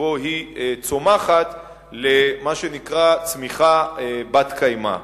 שבו היא צומחת למה שנקרא "צמיחה בת-קיימא".